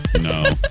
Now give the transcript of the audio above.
No